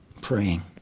praying